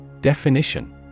Definition